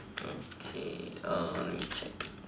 okay let me check